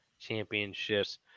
championships